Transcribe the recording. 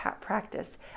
practice